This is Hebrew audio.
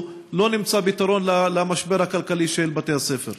לא נמצא פתרון למשבר הכלכלי של בתי-הספר.